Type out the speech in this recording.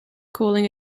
calling